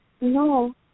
No